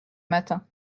matin